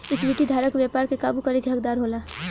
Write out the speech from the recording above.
equity धारक व्यापार के काबू करे के हकदार होला